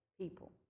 people